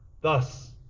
Thus